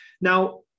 Now